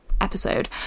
Episode